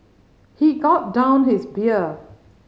he gulped down his beer